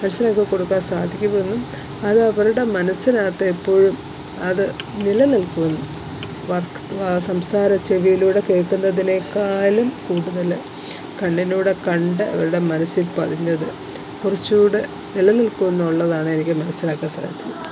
മനസിലാക്കി കൊടുക്കാന് സാധിക്കുമെന്നും അതവരുടെ മനസിനകത്തെപ്പോഴും അത് നിലനിൽക്കുമെന്നും വക് വാ സംസാര ചെവിയിലൂടെ കേള്ക്കുന്നതിനെക്കാളിലും കൂടുതല് കണ്ണിലൂടെ കണ്ട് അവരുടെ മനസ്സിൽ പതിഞ്ഞത് കുറച്ചൂടെ നിലനിൽക്കുമെന്നുള്ളതാണ് എനിക്ക് മനസിലാക്കാന് സാധിച്ചത്